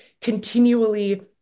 continually